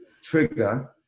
trigger